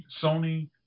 Sony